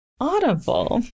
Audible